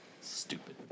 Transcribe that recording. Stupid